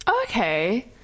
Okay